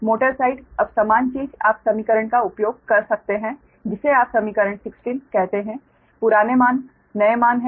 motor side अब समान चीज आप समीकरण का उपयोग कर सकते हैं जिसे आप समीकरण 16 कहते हैं पुराने मान नए मान हैं